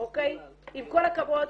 עם כל הכבוד,